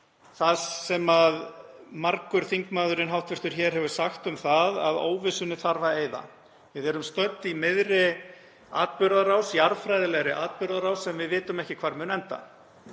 það sem margur hv. þingmaður hefur sagt um það, að óvissunni þurfi að eyða. Við erum stödd í miðri atburðarás, jarðfræðilegri atburðarás sem við vitum ekki hvar mun enda.